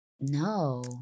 No